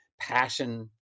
passion